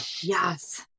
Yes